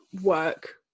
work